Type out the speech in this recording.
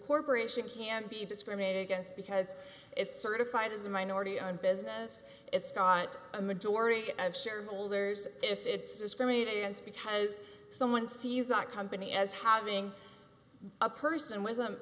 corporation can't be discriminated against because it's certified as a minority owned business it's not a majority of shareholders it's discriminated against because someone sees a company as having a person with